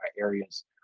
areas